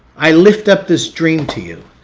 i lift up this dream to you.